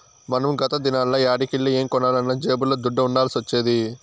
మనం గత దినాల్ల యాడికెల్లి ఏం కొనాలన్నా జేబుల్ల దుడ్డ ఉండాల్సొచ్చేది